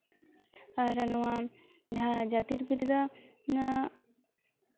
ᱟᱨ ᱱᱚᱣᱟ ᱡᱟᱦᱟᱸ ᱡᱟᱹᱛᱤᱨ ᱵᱤᱨᱫᱟᱹ ᱱᱚᱣᱟ